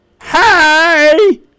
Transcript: Hi